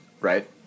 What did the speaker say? right